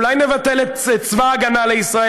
אולי נבטל את צבא ההגנה לישראל?